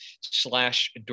slash